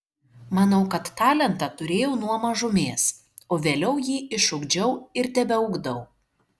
manau kad talentą turėjau nuo mažumės o vėliau jį išugdžiau ir tebeugdau